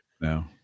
no